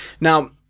Now